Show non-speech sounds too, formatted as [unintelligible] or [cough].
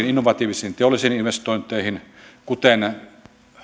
[unintelligible] innovatiivisiin teollisiin investointeihin kuten